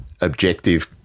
objective